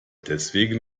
deswegen